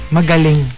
Magaling